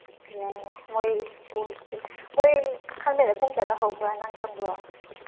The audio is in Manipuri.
ꯌꯥꯏ ꯌꯥꯏ ꯃꯣꯏ ꯏꯁꯄꯣꯔꯠꯁꯤ ꯃꯣꯏ ꯈꯪꯗꯦꯗ ꯄꯨꯡ ꯀꯌꯥꯗ ꯍꯧꯕ꯭ꯔꯥ ꯅꯪ ꯈꯪꯕ꯭ꯔꯣ